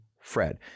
FRED